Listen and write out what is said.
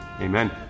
amen